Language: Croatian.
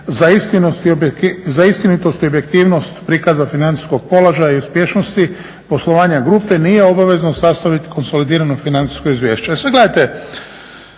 za istinitost i objektivnost prikaza financijskog položaja i uspješnosti poslovanja grupe nije obavezno sastaviti konsolidirano financijske izvješće.